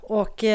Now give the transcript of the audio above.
och